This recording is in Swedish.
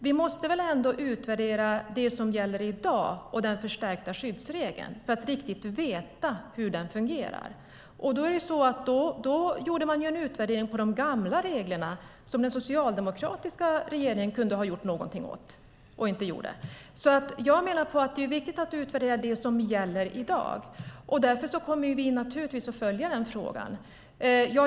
Vi måste väl ändå utvärdera det som gäller i dag och den förstärkta skyddsregeln för att riktigt veta hur den fungerar? Man gjorde en utvärdering av de gamla reglerna som den socialdemokratiska regeringen kunde ha gjort något åt men inte gjorde. Jag menar att det är viktigt att utvärdera det som gäller i dag. Därför kommer vi naturligtvis att följa den frågan.